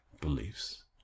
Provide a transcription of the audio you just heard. beliefs